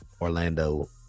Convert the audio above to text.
Orlando